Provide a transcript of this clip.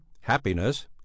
happiness